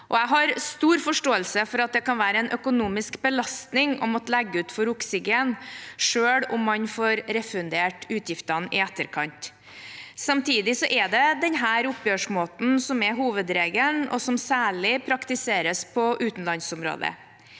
Jeg har stor forståelse for at det kan være en økonomisk belastning å måtte legge ut for oksygen, selv om man får refundert utgiftene i etterkant. Samtidig er det denne oppgjørsmåten som er hovedregelen, og som særlig praktiseres på utenlandsområdet.